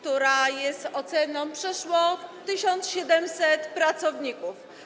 To jest ocena przeszło 1700 pracowników.